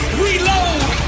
reload